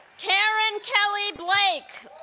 karen kelley blake